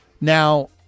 Now